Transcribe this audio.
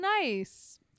nice